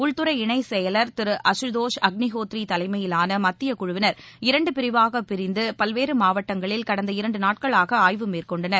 உள்துறை இணைச் செயலர் திரு அசுதோஸ் அக்னிஹோத்ரி தலைமையிலான மத்தியக் குழுவினர் இரண்டு பிரிவாக பிரிந்து பல்வேறு மாவட்டங்களில் கடந்த இரண்டு நாட்களாக ஆய்வு மேற்கொண்டனர்